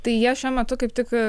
tai jie šiuo metu kaip tik